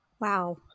Wow